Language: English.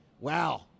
wow